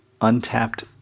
untapped